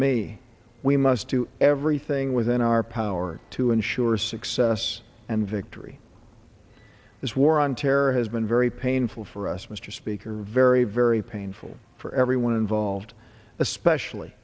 me we must do everything within our power to ensure success and victory this war on terror has been very painful for us mr speaker very very painful for everyone involved especially